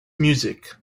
music